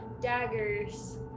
Daggers